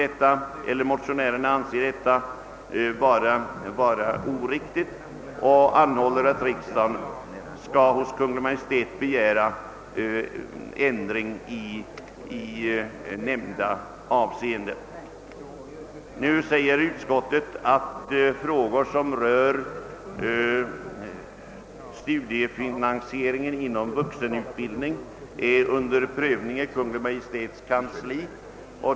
Motionärerna anser detta vara oriktigt och anhåller att riksdagen skall hos Kungl. Maj:t begära ändring i nämnda avseende. Utskottet säger att frågor som rör studiefinanisering inom vuxenutbildningen är under prövning i Kungl. Maj:ts kansli.